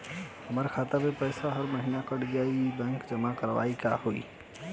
हमार खाता से पैसा हर महीना कट जायी की बैंक मे जमा करवाए के होई?